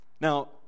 Now